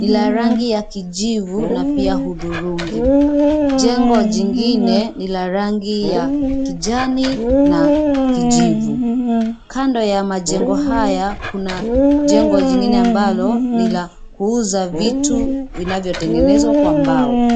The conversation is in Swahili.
Lina rangi ya kijivu na pia hudhurungi. Jengo jingine ni la rangi ya kijani na kijivu. Kando ya majengo haya, kuna jengo jingine ambalo ni la kuuza vitu vinavyotengenezwa kwa mbao.